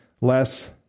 less